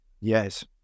Yes